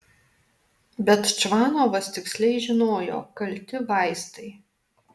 bet čvanovas tiksliai žinojo kalti vaistai